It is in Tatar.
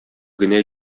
генә